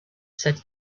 said